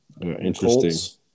Interesting